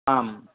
आम्